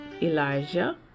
Elijah